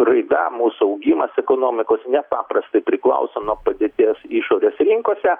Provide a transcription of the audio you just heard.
raida mūsų augimas ekonomikos nepaprastai priklauso nuo padėties išorės rinkose